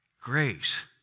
Grace